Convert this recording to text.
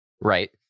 right